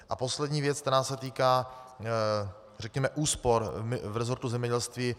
A poslední věc, která se týká, řekněme, úspor v resortu zemědělství.